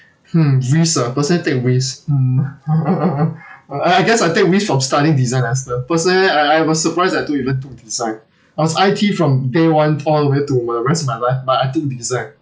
hmm risk uh personally take risk mm uh I guess I take risk from studying design lester personally I I was surprised that I took even took design I was I_T from day one all the way to the rest of my life but I take design